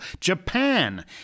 Japan